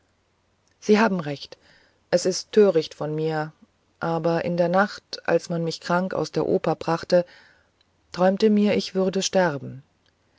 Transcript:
sie haben recht es ist töricht von mir aber in der nacht als man mich krank aus der oper brachte träumte mir ich werde sterben